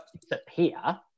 disappear